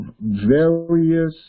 various